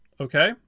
Okay